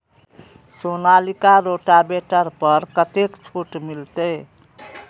Sonalika rotavator पर कतेक छूट मिलते?